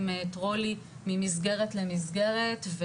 עם טרולי ממסגרת למסגרת,